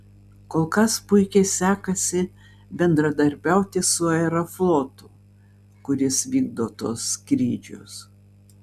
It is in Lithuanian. kol kas puikiai sekasi bendradarbiauti su aeroflotu kuris vykdo tuos skrydžius